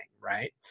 right